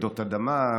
רעידות אדמה,